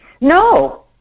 No